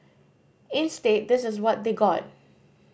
instead this is what they got